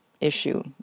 issue